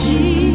Jesus